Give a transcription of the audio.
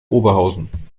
oberhausen